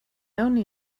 only